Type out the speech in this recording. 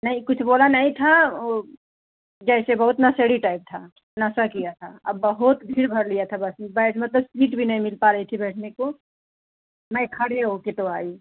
नहीं कुछ बोला नहीं था वो जैसे बहुत नशेड़ी टाइप था नशा किया था और बहुत भीड़ भर लिया था बस में बैठ मतलब सीट भी नय मिल पा रही थी बैठने को मैं खड़े हो कर तो आई